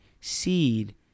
seed